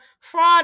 fraud